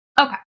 okay